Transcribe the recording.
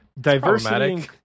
diversity